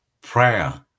Prayer